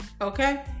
Okay